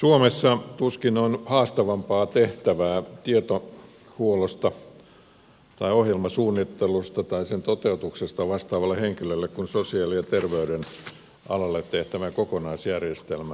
suomessa tuskin on haastavampaa tehtävää tietohuollosta tai ohjelmasuunnittelusta tai sen toteutuksesta vastaavalle henkilölle kuin sosiaali ja terveysalalle tehtävän kokonaisjärjestelmän luominen